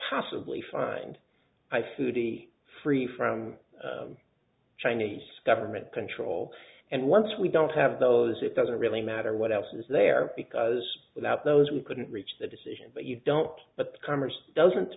possibly find by foody free from chinese government control and once we don't have those it doesn't really matter what else is there because without those we couldn't reach that decision but you don't but congress doesn't